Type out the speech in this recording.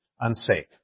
unsafe